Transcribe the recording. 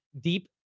deep